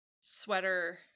sweater